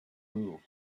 rule